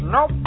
Nope